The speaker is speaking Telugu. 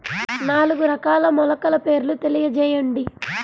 నాలుగు రకాల మొలకల పేర్లు తెలియజేయండి?